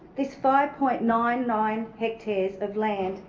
this five point nine nine hectares of land,